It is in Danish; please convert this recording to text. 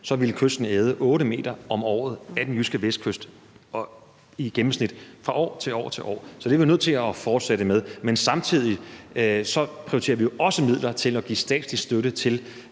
ville kysten æde 8 m om året af den jyske vestkyst i gennemsnit fra år til år. Så det er vi nødt til at fortsætte med. Men samtidig prioriterer vi jo også midler til statslig støtte til